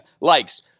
likes